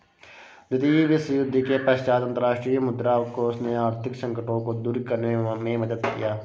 द्वितीय विश्वयुद्ध के पश्चात अंतर्राष्ट्रीय मुद्रा कोष ने आर्थिक संकटों को दूर करने में मदद किया